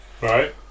Right